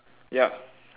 yup